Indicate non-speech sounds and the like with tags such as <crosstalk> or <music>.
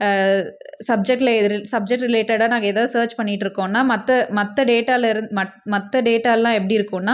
சப்ஜெக்டில் <unintelligible> சப்ஜெக்ட் ரிலேட்டடாக நாங்கள் ஏதாவது சர்ச் பண்ணிகிட்டுருக்கோம்னா மற்ற டேட்டாவில் இருந்து மத் மற்ற டேட்டால்லாம் எப்படி இருக்குன்னால்